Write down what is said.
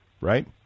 right